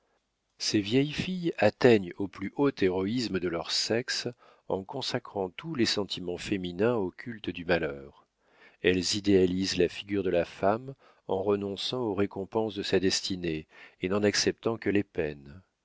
ces vieilles filles atteignent au plus haut héroïsme de leur sexe en consacrant tous les sentiments féminins au culte du malheur elles idéalisent la figure de la femme en renonçant aux récompenses de sa destinée et n'en acceptant que les peines